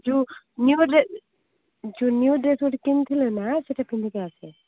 ଯୋଉ ନିୟୁ ଇୟର୍ରେ ଯୋଉ ନିୟୁ ଡ୍ରେସ୍ ଗୋଟେ କିଣିଥିଲୁ ନା ସେଇଟା ପିନ୍ଧିକି ଆସେ